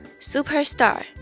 Superstar